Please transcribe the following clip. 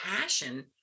passion